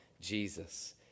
Jesus